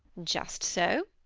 just so.